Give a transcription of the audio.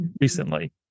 recently